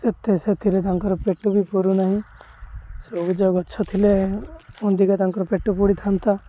ସେତେ ସେଥିରେ ତାଙ୍କର ପେଟ ବି ପୁରୁନାହିଁ ସବୁଜ ଗଛ ଥିଲେ ଅଧିକା ତାଙ୍କର ପେଟ ପୁରୁଥାନ୍ତା